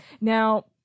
Now